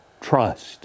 trust